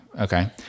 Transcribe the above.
Okay